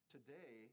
Today